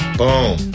boom